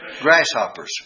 grasshoppers